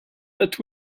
but